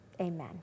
Amen